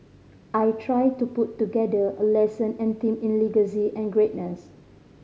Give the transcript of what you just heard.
I tried to put together a lesson and themed it legacy and greatness